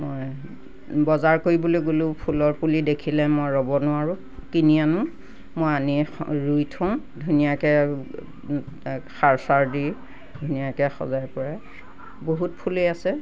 মই বজাৰ কৰিবলৈ গ'লেও ফুলৰ পুলি দেখিলে মই ৰ'ব নোৱাৰোঁ কিনি আনো মই আনিয়ে ৰুই থওঁ ধুনীয়াকৈ সাৰ চাৰ দি ধুনীয়াকৈ সজাই পৰাই বহুত ফুলেই আছে